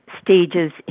stages